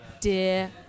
dear